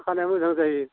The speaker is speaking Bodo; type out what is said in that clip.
खानाया मोजां जायो